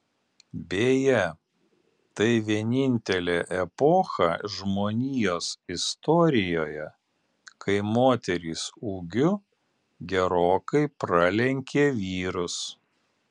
beje tai vienintelė epocha žmonijos istorijoje kai moterys ūgiu gerokai pralenkė vyrus